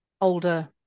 older